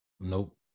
Nope